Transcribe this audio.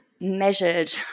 measured